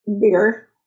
bigger